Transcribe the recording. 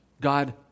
God